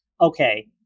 okay